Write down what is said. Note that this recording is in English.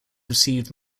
received